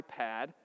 iPad